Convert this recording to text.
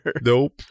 Nope